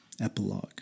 Epilogue